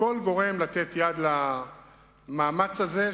וכל גורם לתת יד למאמץ הזה,